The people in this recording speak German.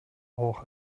auch